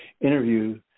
interview